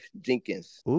Jenkins